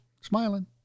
smiling